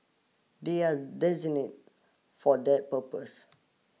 they are designate for that purpose